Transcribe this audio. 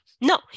No